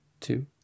two